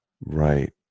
right